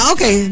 Okay